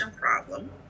problem